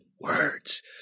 words